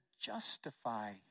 justify